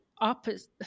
opposite